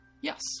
Yes